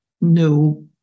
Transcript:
no